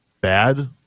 bad